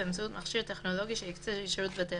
באמצעות מכשיר טכנולוגי שיקצה שירות בתי